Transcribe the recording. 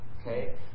Okay